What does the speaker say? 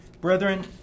Brethren